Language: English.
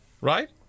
Right